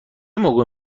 موقع